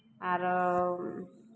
आरो